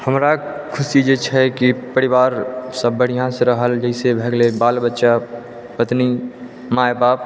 हमरा खुशी जे छै कि परिवार सब बढ़िऑं सऽ रहल जाहिसॅं भए गेलै बाल बच्चा पत्नी माय बाप